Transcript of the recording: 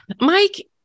Mike